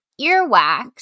earwax